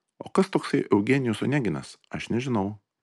o kas toksai eugenijus oneginas aš nežinau